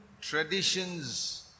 traditions